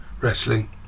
wrestling